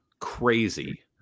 crazy